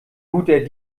guter